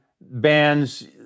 bands